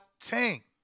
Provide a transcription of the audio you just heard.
Tank